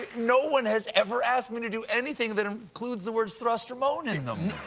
no one has ever asked me to do anything that include the words thrust and moan in them,